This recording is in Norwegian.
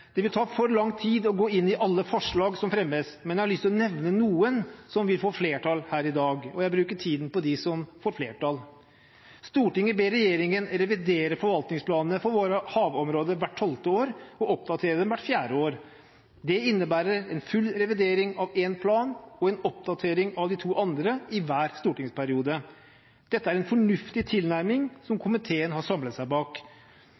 Det vil ta for lang tid å gå inn i alle forslag som fremmes, men jeg har lyst til å nevne noen, som vil få flertall her i dag, og bruke tiden på dem. Et forslag går ut på at Stortinget ber regjeringen revidere forvaltningsplanene for våre havområder hvert tolvte år og oppdatere dem hvert fjerde år. Det innebærer en full revidering av én plan og en oppdatering av de to andre i hver stortingsperiode. Dette er en fornuftig tilnærming som komiteen har samlet seg bak.